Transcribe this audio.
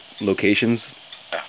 locations